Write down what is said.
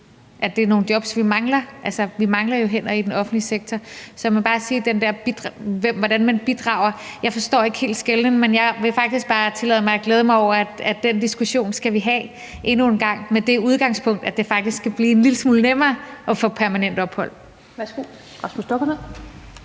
Det er jo nogle jobs, vi mangler at få besat, vi mangler jo hænder i den offentlige sektor. Så jeg må bare sige, at den skelnen, med hensyn til hvordan man bidrager, forstår jeg ikke helt, men jeg vil faktisk bare tillade mig at glæde mig over, at den diskussion skal vi have endnu en gang med det udgangspunkt, at det faktisk skal blive en lille smule nemmere at få permanent ophold.